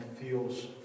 feels